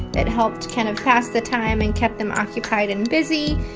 it helped kind of pass the time and kept them occupied and busy.